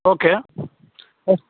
okay okay